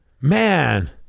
Man